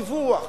לדיווח,